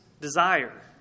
desire